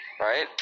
Right